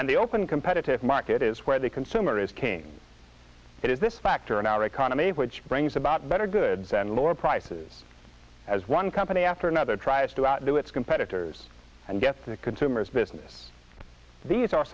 and the open competitive market is where the consumer is king it is this factor in our economy which brings about better goods and lower prices as one company after another tries to outdo its competitors and get the consumers business these are